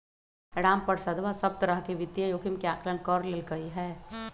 रामप्रसादवा सब प्तरह के वित्तीय जोखिम के आंकलन कर लेल कई है